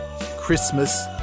Christmas